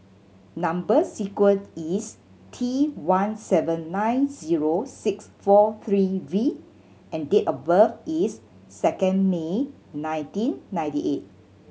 number sequence is T one seven nine zero six four three V and date of birth is second May nineteen ninety eight